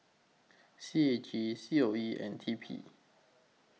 C A G C O E and T P